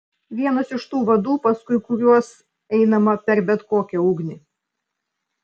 vienas iš tų vadų paskui kuriuos einama per bet kokią ugnį